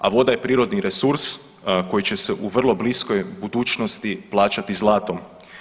A voda je prirodni resurs koji će se u vrlo bliskoj budućnosti plaćati zlatom.